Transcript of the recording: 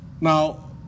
Now